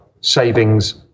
savings